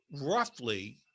roughly